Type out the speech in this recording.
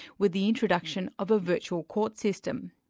with the introduction of a virtual court system.